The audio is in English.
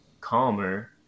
calmer